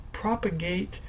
propagate